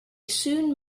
soon